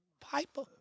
Piper